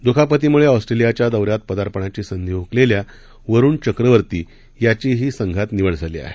दुखापतीमुळे ऑस्ट्रेलियाच्या दौऱ्यात पदार्पणाची संधी हुकलेल्या वरुण चक्रवर्ती याचीही संघात निवड झाली आहे